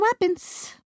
weapons